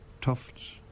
tufts